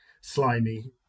slimy